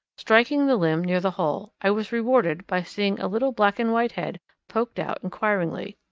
striking the limb near the hole i was rewarded by seeing a little black-and-white head poked out inquiringly.